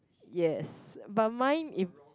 yes but mine if